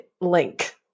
link